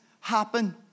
happen